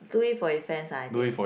do it for events ah I think